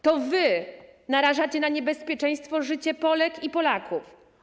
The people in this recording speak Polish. To wy narażacie na niebezpieczeństwo życie Polek i Polaków.